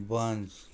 buns